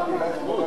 לא מצדיק את "ארומה".